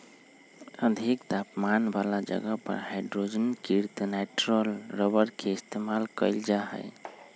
अधिक तापमान वाला जगह पर हाइड्रोजनीकृत नाइट्राइल रबर के इस्तेमाल कइल जा हई